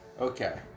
Okay